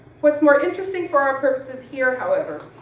what's more interesting for our purposes here however,